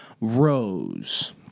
Rose